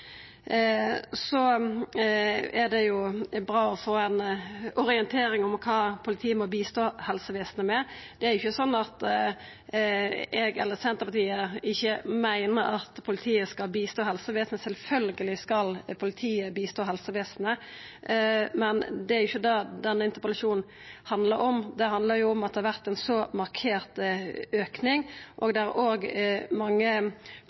Det er bra å få ei orientering om kva politiet må hjelpa helsevesenet med. Det er jo ikkje slik at eg eller Senterpartiet ikkje meiner at politiet skal hjelpa helsevesenet. Sjølvsagt skal politiet hjelpa helsevesenet, men det er ikkje det denne interpellasjonen handlar om. Han handlar om at det har vore ein så markert auke, der òg mange